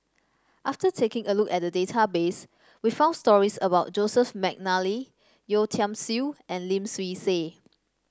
after taking a look at the database we found stories about Joseph McNally Yeo Tiam Siew and Lim Swee Say